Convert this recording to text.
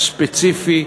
ספציפי,